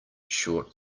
short